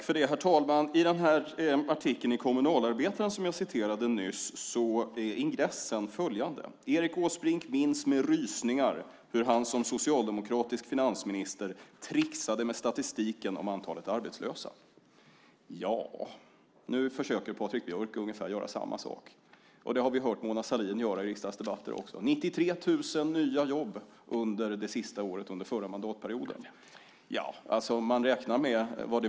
Herr talman! I artikeln i Kommunalarbetaren som jag citerade nyss står följande i ingressen: Erik Åsbrink minns med rysningar hur han som socialdemokratisk finansminister tricksade med statistiken om antalet arbetslösa. Nu försöker Patrik Björck att göra ungefär samma sak. Det har vi hört också Mona Sahlin göra i riksdagsdebatter. Det handlar om 93 000 nya jobb under det sista året under den förra mandatperioden.